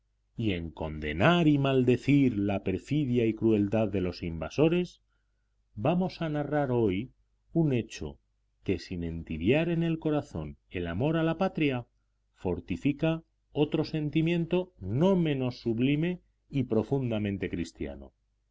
y en condenar y maldecir la perfidia y crueldad de los invasores vamos a narrar hoy un hecho que sin entibiar en el corazón el amor a la patria fortifica otro sentimiento no menos sublime y profundamente cristiano